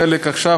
חלק עכשיו,